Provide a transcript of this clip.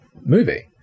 movie